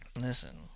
Listen